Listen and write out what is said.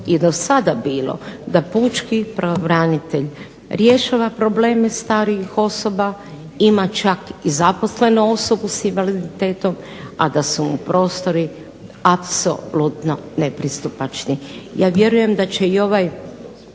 i dosada bilo da pučki pravobranitelj rješava probleme starijih osoba, ima čak i zaposlenu osobu s invaliditetom,a da su mu prostori apsolutno nepristupačni. Ja vjerujem da će i ovo